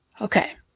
Okay